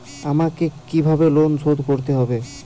আমাকে কিভাবে লোন শোধ করতে হবে?